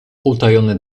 utajone